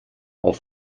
auf